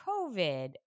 COVID